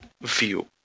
view